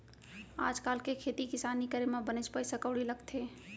आज काल के खेती किसानी करे म बनेच पइसा कउड़ी लगथे